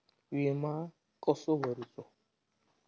विमा कसो भरूचो?